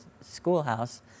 schoolhouse